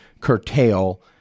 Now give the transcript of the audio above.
curtail